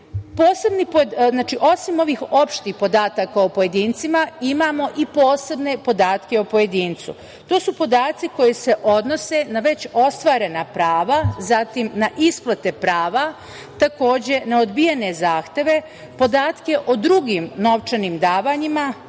ovih opštih podataka o pojedincima imamo i posebne podatke o pojedincu. To su podaci koji se odnose na već ostvarena prava, zatim, na isplate prava, takođe na odbijene zahteve, podatke o drugim novčanim davanjima,